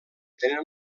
tenen